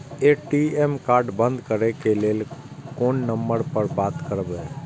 ATM card बंद करे के लेल कोन नंबर पर बात करबे?